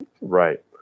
Right